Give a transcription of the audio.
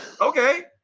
okay